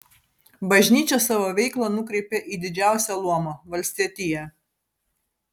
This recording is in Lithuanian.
bažnyčia savo veiklą nukreipė į didžiausią luomą valstietiją